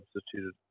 substituted